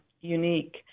unique